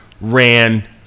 ran